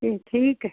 ठी ठीक